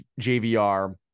JVR